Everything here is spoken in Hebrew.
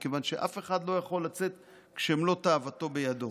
מכיוון שאף אחד לא יכול לצאת כשמלוא תאוותו בידו.